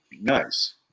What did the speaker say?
Nice